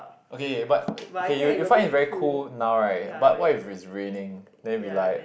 okay but okay you you find it's very cool now right but what if it's raining then it will be like